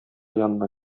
янына